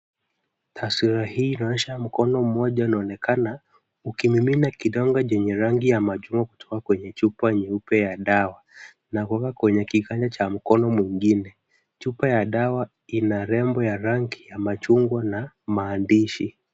Taswira hii inaonyesha mkono mmoja unaonekana, ukimimina kidongo chenye rangi ya machungwa kutoka kwenye nyeupe ya dawa, na kuweka kwenye kiganja cha mkono mwingine. Chupa ya dawa ina lebo ya rangi ya machungwa na maandishi.